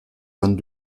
vingt